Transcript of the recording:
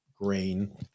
grain